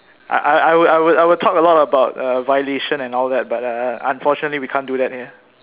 I I I would I would talk a lot about uh violation and all that but uh unfortunately we can't do that here